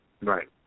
Right